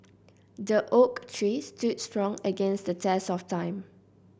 the oak tree stood strong against the test of time